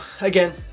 again